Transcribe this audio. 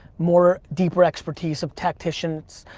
more deeper expertise of tactitions,